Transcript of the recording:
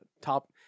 Top